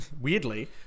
Weirdly